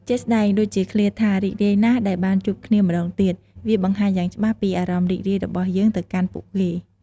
ជាក់ស្ដែង ដូចជាឃ្លាថា រីករាយណាស់ដែលបានជួបគ្នាម្តងទៀត វាបង្ហាញយ៉ាងច្បាស់ពីអារម្មណ៍រីករាយរបស់យើងទៅកាន់ពួកគេ។